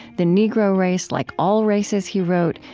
the negro race, like all races, he wrote,